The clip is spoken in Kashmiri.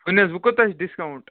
ؤلِو حظ وۅنۍ کوٗتاہ چھِ ڈِسکاوُنٛٹ